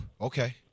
Okay